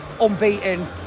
unbeaten